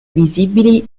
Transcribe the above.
visibili